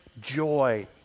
joy